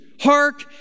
Hark